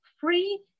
free